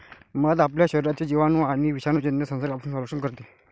मध आपल्या शरीराचे जिवाणू आणि विषाणूजन्य संसर्गापासून संरक्षण करते